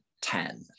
ten